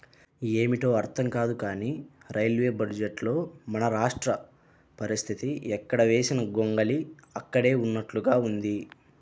ఏమిటో అర్థం కాదు కానీ రైల్వే బడ్జెట్లో మన రాష్ట్ర పరిస్తితి ఎక్కడ వేసిన గొంగళి అక్కడే ఉన్నట్లుగా ఉంది